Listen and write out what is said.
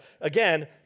Again